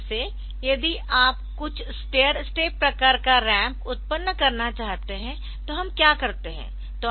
जैसे यदि आप कुछ स्टेर स्टेप प्रकार का रैंप उत्पन्न करना चाहते है तो हम क्या करते है